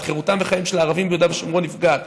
חירותם וחייהם של הערבים ביהודה ושומרון נפגעים.